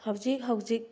ꯍꯧꯖꯤꯛ ꯍꯧꯖꯤꯛ